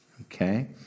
Okay